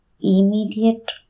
immediate